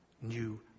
new